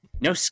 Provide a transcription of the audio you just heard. no